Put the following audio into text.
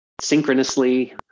synchronously